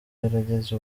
yarageze